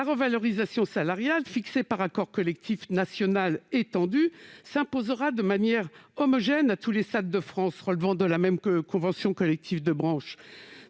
la revalorisation salariale, fixée par accord collectif national étendu, s'imposera de manière homogène à tous les SAAD de France relevant des mêmes accords de branche.